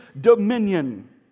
dominion